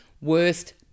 Worst